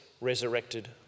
resurrected